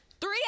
Three